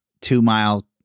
two-mile